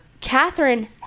Catherine